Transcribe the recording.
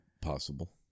possible